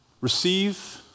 receive